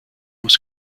was